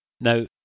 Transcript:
Now